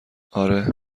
آره